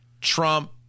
Trump